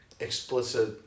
Explicit